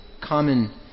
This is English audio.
common